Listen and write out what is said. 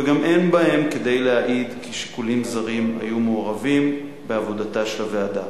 וגם אין בהם כדי להעיד כי שיקולים זרים היו מעורבים בעבודתה של הוועדה.